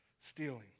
stealing